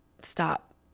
stop